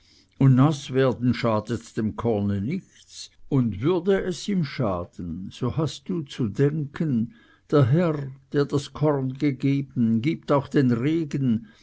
und naß werden schadet dem korne nichts und würde es ihm schaden so hast du zu denken der herr der das korn gegeben gibt auch den regen